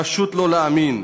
פשוט לא להאמין.